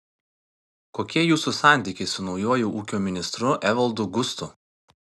kokie jūsų santykiai su naujuoju ūkio ministru evaldu gustu